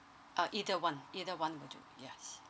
uh either one either one will do yes